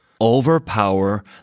overpower